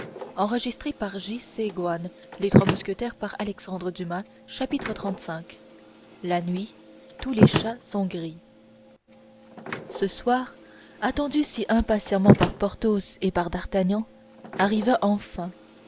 xxxv la nuit tous les chats sont gris ce soir attendu si impatiemment par porthos et par d'artagnan arriva enfin